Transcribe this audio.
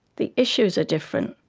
the issues are different,